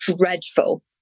dreadful